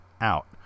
Out